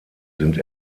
sind